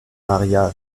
maria